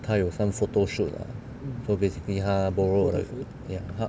她有 some photo shoot lah so basically 她 borrowed ya 她